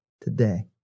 today